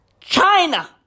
China